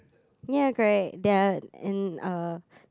ya correct their and uh